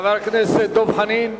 חבר הכנסת דב חנין,